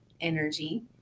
energy